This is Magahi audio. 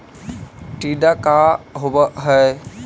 टीडा का होव हैं?